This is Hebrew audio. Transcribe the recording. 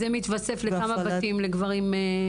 שזה מתווסף לכמה בתים לגברים?